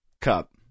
cup